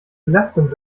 belastung